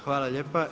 Hvala lijepa.